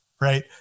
right